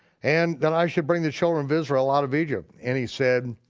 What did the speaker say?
and that i should bring the children of israel out of egypt? and he said,